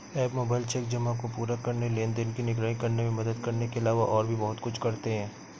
app mobile check जमा को पूरा करने, लेनदेन की निगरानी करने में मदद करने के अलावा और भी बहुत कुछ करते हैं